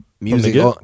music